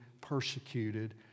persecuted